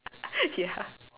ya